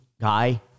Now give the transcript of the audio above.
guy